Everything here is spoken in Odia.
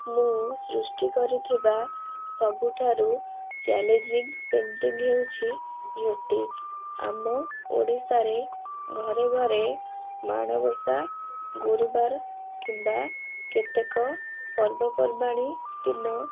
ମୁଁ ସୃଷ୍ଟି କରିଥିବା ସବୁଠାରୁ ଚ୍ୟାଲେଞ୍ଜିଙ୍ଗ୍ ପେଣ୍ଟିଙ୍ଗ୍ ହେଉଛି ଝୋଟି ଆମ ଓଡ଼ିଶାରେ ଘରେ ଘରେ ମାଣବସା ଗୁରୁବାର କିମ୍ୱା କେତେକ ପର୍ବପର୍ବାଣି ଦିନ